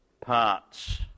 parts